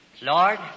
Lord